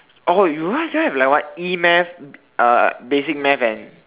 oh you guys don't have like what E-math uh basic math and